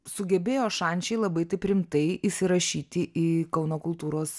sugebėjo šančiai labai taip rimtai įsirašyti į kauno kultūros